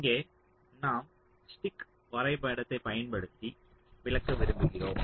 இங்கே நாம் ஸ்டிக் வரைபடத்தை பயன்படுத்தி விளக்க விரும்புகிறோம்